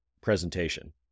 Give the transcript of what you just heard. presentation